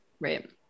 Right